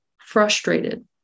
frustrated